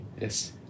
Yes